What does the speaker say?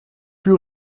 pur